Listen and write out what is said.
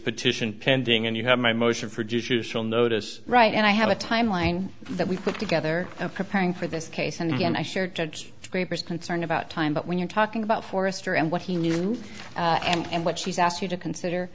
petition pending and you have my motion produce useful notice right and i have a timeline that we put together of preparing for this case and again i sure judge scrapers concerned about time but when you're talking about forrester and what he knew and what she's asked you to consider